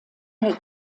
der